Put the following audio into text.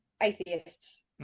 atheists